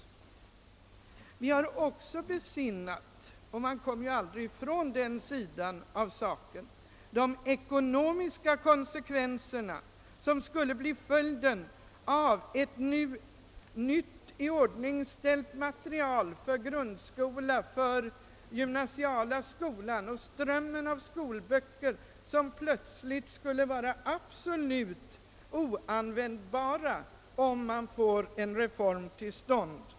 Vi har också besinnat — den sidan av saken kommer man aldrig ifrån — de ekonomiska konsekvenser som skulle bli följden av att nytt material för grundskolan och för den gymnasiala skolan måste framställas. Hela strömmen av skolböcker skulle plötsligt vara absolut oanvändbar, om man finge en reform till stånd.